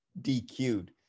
dq'd